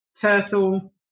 turtle